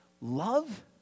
Love